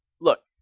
look